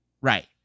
Right